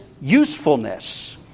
usefulness